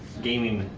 gaming,